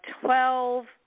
twelve